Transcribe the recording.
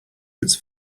its